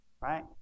right